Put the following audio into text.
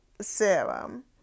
serum